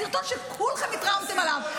סרטון שכולכם התרעמתם עליו,